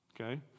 Okay